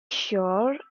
sure